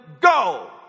go